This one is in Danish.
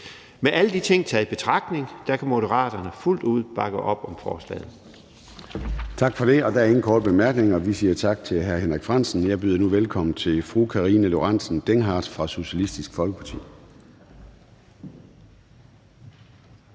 Med alle de ting taget i betragtning kan Moderaterne fuldt ud bakke op om forslaget. Kl. 13:30 Formanden (Søren Gade): Tak for det. Der er ingen korte bemærkninger, og vi siger tak til hr. Henrik Frandsen. Jeg byder nu velkommen til fru Karina Lorentzen Dehnhardt fra Socialistisk Folkeparti.